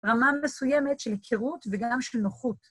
רמה מסוימת של היכרות וגם של נוחות.